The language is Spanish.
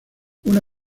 una